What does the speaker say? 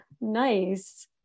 nice